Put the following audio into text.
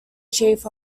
chief